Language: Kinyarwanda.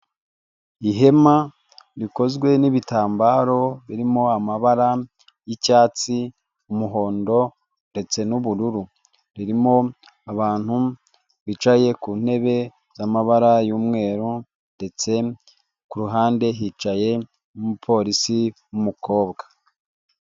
Ihema rikozwe n'ibitambaro birimo amabara y'icyatsi, umuhondo ndetse n'ubururu ririmo abantu bicaye ku ntebe z'amabara y'umweru ndetse ku ruhande hicaye umupolisi w'umukobwa.